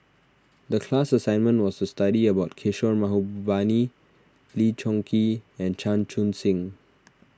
the class assignment was to study about Kishore Mahbubani Lee Choon Kee and Chan Chun Sing